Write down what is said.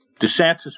DeSantis